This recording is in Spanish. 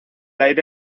aire